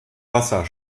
wasser